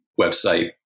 website